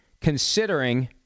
considering